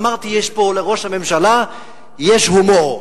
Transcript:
אמרתי, לראש הממשלה יש הומור,